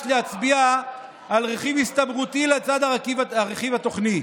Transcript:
להצביע על רכיב הסתברותי לצד הרכיב התוכני.